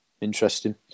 Interesting